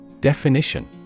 Definition